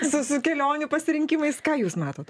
su su kelionių pasirinkimais ką jūs matot